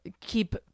keep